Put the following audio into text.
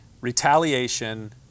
retaliation